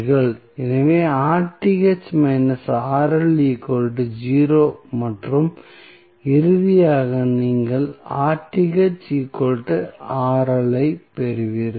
எனவே மற்றும் இறுதியாக நீங்கள் ஐப் பெறுவீர்கள்